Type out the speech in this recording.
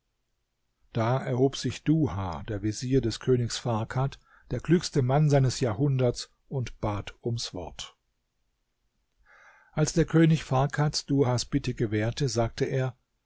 da erhob sich duha der vezier des königs farkad der klügste mann seines jahrhunderts und bat ums wort als der könig farkad duhas bitte gewährte sagte er